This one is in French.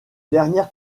dernière